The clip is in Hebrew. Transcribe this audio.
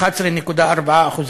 11.4%,